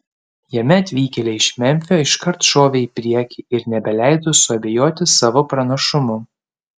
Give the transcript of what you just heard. jame atvykėliai iš memfio iškart šovė į priekį ir nebeleido suabejoti savo pranašumu